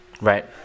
Right